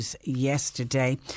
yesterday